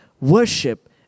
Worship